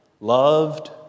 loved